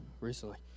recently